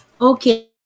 Okay